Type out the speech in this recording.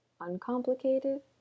uncomplicated